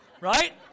Right